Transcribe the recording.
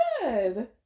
good